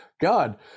God